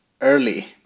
early